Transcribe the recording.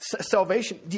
salvation